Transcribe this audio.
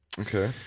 Okay